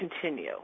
continue